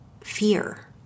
fear